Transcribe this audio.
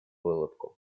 улыбку